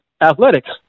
athletics